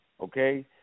okay